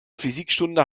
physikstunde